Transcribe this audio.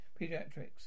Pediatrics